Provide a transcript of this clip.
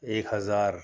ایک ہزار